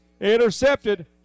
Intercepted